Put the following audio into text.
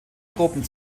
gruppen